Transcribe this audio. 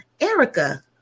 erica